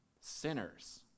sinners